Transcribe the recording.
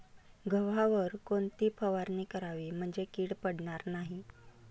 गव्हावर कोणती फवारणी करावी म्हणजे कीड पडणार नाही?